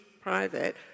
private